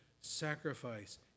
sacrifice